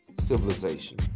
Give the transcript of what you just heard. civilization